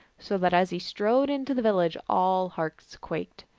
so that as he strode into the village all hearts quaked.